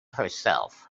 herself